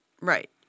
right